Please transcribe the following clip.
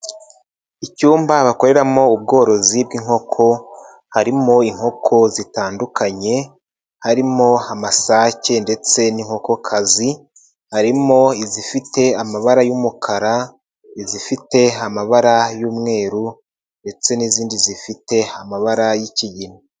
Icyumba bakoreramo ubworozi bw'inkoko harimo inkoko zitandukanye, harimo amasake ndetse n'inkokokazi, harimo izifite amabara y'umukara, izifite amabara y'umweru ndetse n'izindi zifite amabara y'ikigina.